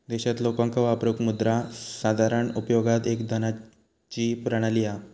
देशात लोकांका वापरूक मुद्रा साधारण उपयोगात एक धनाची प्रणाली हा